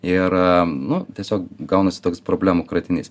ir nu tiesiog gaunasi toks problemų kratinys